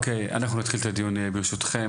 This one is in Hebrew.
אנחנו נתחיל את הדיון ברשותכם.